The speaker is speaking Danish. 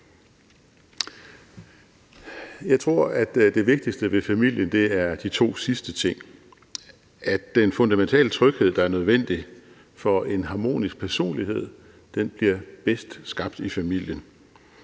Jeg tror, at det vigtigste ved familien er de to sidste ting, nemlig at den fundamentale tryghed, der er nødvendig for en harmonisk personlighed, bedst bliver skabt i familien,